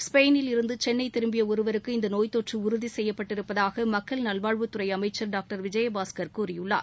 ஸ்பெயினில் இருந்து சென்னை திரும்பிய ஒருவருக்கு இந்த நோய் தொற்று உறுதி செய்யப்பட்டு இருப்பதாக மக்கள் நல்வாழ்வுத் துறை அமைச்சர் டாக்டர் விஜயபாஸ்கர் கூறியுள்ளார்